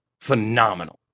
phenomenal